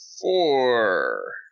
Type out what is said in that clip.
four